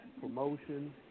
promotion